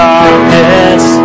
Darkness